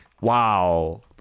wow